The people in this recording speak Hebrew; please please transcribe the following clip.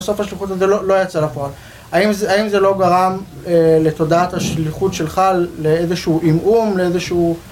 בסוף השליחות הזה לא יצא לפרעה, האם זה לא גרם לתודעת השליחות שלך לאיזשהו עמעום, לאיזשהו...